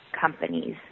companies